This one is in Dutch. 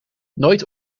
nooit